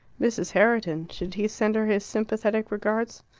mrs. herriton should he send her his sympathetic regards?